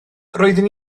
roedden